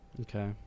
okay